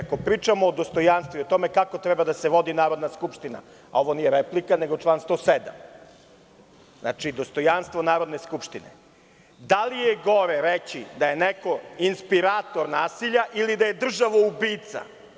Ako pričamo o dostojanstvu i o tome kako treba da se vodi Narodna skupština, a ovo nije replika, nego član 107 - dostojanstvo Narodne skupštine, da li je gore reći da je neko inspirator nasilja ili da je državoubica?